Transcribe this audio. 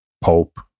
Pope